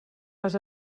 vas